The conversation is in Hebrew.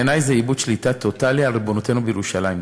בעיני זה איבוד שליטה טוטלי על ריבונותנו בירושלים.